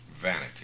vanity